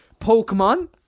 Pokemon